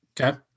okay